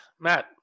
Matt